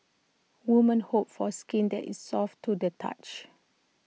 women hope for skin that is soft to the touch